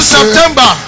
September